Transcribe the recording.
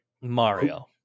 Mario